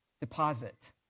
deposit